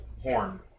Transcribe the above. horn